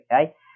okay